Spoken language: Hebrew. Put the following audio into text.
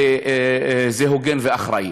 זה הוגן ואחראי,